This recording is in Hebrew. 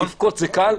אבל לבכות זה קל,